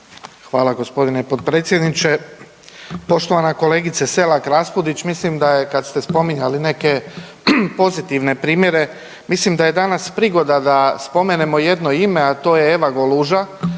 Hvala gospodine potpredsjedniče. Poštovana kolegice Selak Raspudić mislim da je kad ste spominjali neke pozitivne primjere, mislim da je danas prigoda da spomenemo jedno ime, a to je Eva Goluža